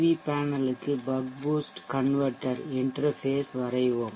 we பேனலுக்கு buck boost மாற்றி இன்டெர்ஃபேஷ்இடைமுகத்தை வரைவோம்